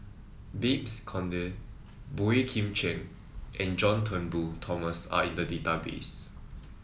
Babes Conde Boey Kim Cheng and John Turnbull Thomson are in the database